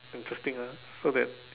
interesting ah so that